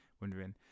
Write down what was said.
wondering